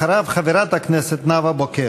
אחריו, חברת הכנסת נאוה בוקר.